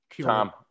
Tom